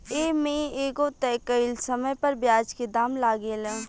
ए में एगो तय कइल समय पर ब्याज के दाम लागेला